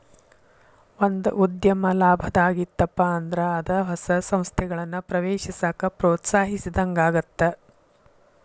ಒಂದ ಉದ್ಯಮ ಲಾಭದಾಗ್ ಇತ್ತಪ ಅಂದ್ರ ಅದ ಹೊಸ ಸಂಸ್ಥೆಗಳನ್ನ ಪ್ರವೇಶಿಸಾಕ ಪ್ರೋತ್ಸಾಹಿಸಿದಂಗಾಗತ್ತ